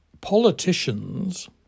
Politicians